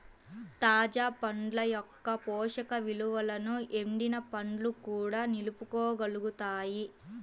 తాజా పండ్ల యొక్క పోషక విలువలను ఎండిన పండ్లు కూడా నిలుపుకోగలుగుతాయి